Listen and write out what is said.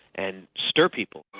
and stir people.